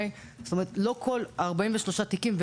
לא כל ה-43 תיקים,